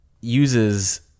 uses